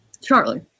Charlie